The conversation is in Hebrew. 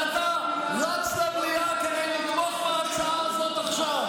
אבל אתה רץ למליאה כדי לתמוך בהצעה הזאת עכשיו.